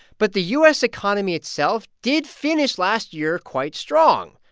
but the u s. economy itself did finish last year quite strong.